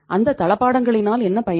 அந்த தளபாடங்களி்னால் என்ன பயன்